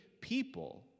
people